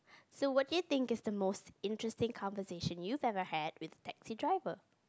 so what you think is the most interesting conversation you've ever had with taxi driver